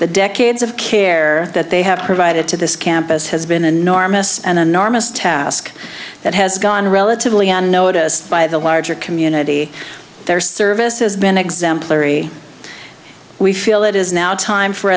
that decades of care that they have provided to this campus has been enormous and enormous tell ask that has gone relatively unnoticed by the larger community their service has been exemplary we feel it is now time for